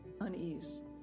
unease